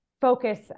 focus